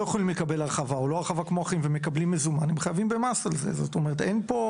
יכולים לקבל הרחבה אז הם חייבים במס על המזומן שהם מקבלים.